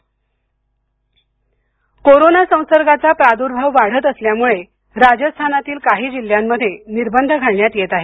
Rajasthan corona संसर्गाचा प्रादुर्भाव वाढत असल्यामुळे राजस्थानातील काही जिल्ह्यांमध्ये निर्बंध घालण्यात येत आहेत